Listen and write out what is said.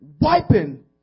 wiping